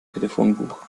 telefonbuch